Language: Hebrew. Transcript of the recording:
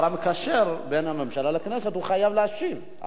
השר המקשר בין הממשלה לכנסת חייב להשיב.